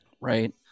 Right